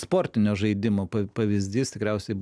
sportinio žaidimo pavyzdys tikriausiai